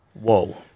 whoa